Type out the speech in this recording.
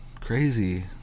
crazy